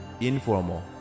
Informal